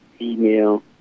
email